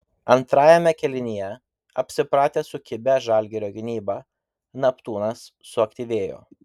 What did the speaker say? antrajame kėlinyje apsipratęs su kibia žalgirio gynyba neptūnas suaktyvėjo